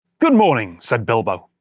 good morning said bilbo,